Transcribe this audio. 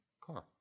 car